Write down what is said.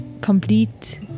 complete